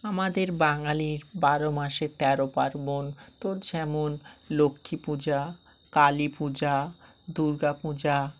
আমাদের বাঙালির বারো মাসে তেরো পার্বণ তো যেমন লক্ষ্মী পূজা কালী পূজা দুর্গা পূজা